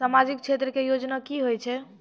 समाजिक क्षेत्र के योजना की होय छै?